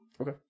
Okay